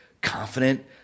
confident